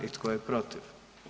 I tko je protiv?